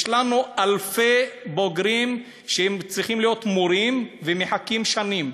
יש לנו אלפי בוגרים שצריכים להיות מורים ומחכים שנים.